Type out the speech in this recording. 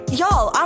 y'all